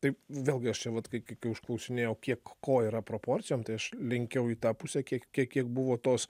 taip vėlgi aš čia vat kai kai užklausinėjau kiek ko yra proporcijom tai aš lenkiau į tą pusę kiek kiek buvo tos